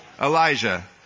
Elijah